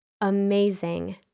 amazing